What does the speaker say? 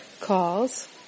calls